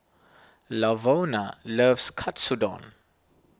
Lavona loves Katsudon